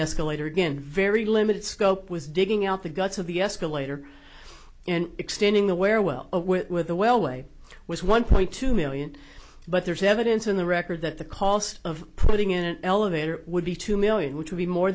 escalator again very limited scope was digging out the guts of the escalator and extending the wear well with the well way was one point two million but there's evidence in the record that the cost of putting in an elevator would be two million which would be more